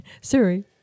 Siri